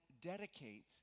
dedicate